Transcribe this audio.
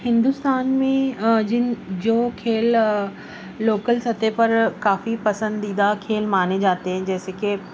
ہندوستان میں جن جو کھیل لوکل سطح پر کافی پسندیدہ کھیل مانے جاتے ہیں جیسے کہ